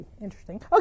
interesting